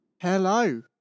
Hello